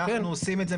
אנחנו עושים את זה.